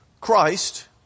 Christ